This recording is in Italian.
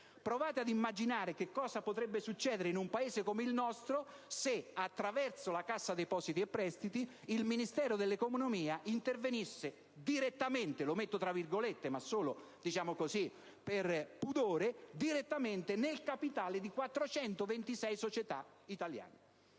Provate a immaginare che cosa potrebbe accadere in un Paese come il nostro se, attraverso la Cassa depositi e prestiti, il Ministero dell'economia intervenisse "direttamente" (lo dico tra